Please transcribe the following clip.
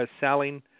selling